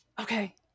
Okay